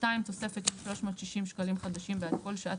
תוספת של 360 שקלים חדשים בעד כל שעת